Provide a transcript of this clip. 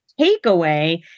takeaway